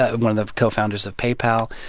ah one of the co-founders of pay-pal,